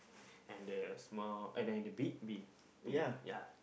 and the small and then the big B to me ya